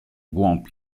głąb